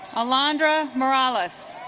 alondra morales